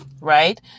Right